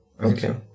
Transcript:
okay